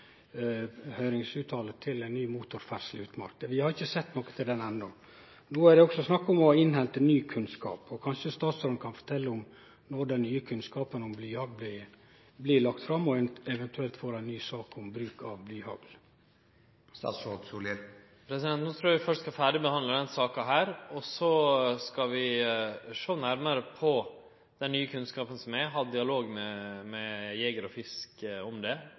Vi har ikkje sett noko til det enno. No er det også snakk om å innhente ny kunnskap. Kanskje statsråden kan fortelje når den nye kunnskapen om blyhagl blir lagt fram og ein eventuelt får ei ny sak om bruk av blyhagl. No trur eg vi først skal behandle ferdig denne saka, og så skal vi sjå nærmare på den nye kunnskapen. Eg har dialog med Norges Jeger- og Fiskerforbund om det,